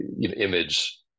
image